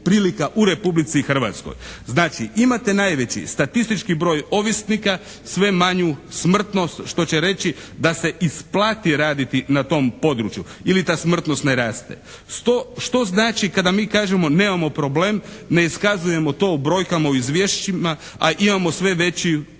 prilika u Republici Hrvatskoj. Znači imate najveći statistički broj ovisnika, sve manju smrtnost što će reći da se isplati raditi na tom području ili ta smrtnost ne raste. Što znači kad mi kažemo nemamo problem, ne iskazujemo to u brojkama u izvješćima, a imamo sve veću